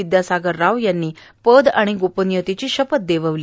विद्यासागर राव यांनी पद आणि गोपनीयतेची शपथ दिली